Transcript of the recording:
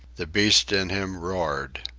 the beast in him roared.